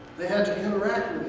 they had to interact